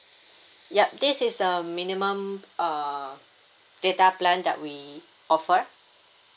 yup this is the minimum uh data plan that we offer